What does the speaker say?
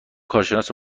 کارشناس